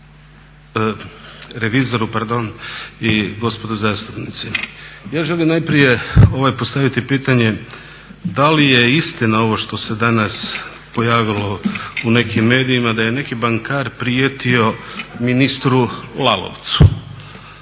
revizoru pardon, gospodo zastupnici. Ja želim najprije postaviti pitanje da li je istina ovo što se danas pojavilo u nekim medijima da je neki bankar prijetio ministru Lalovcu?